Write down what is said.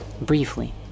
briefly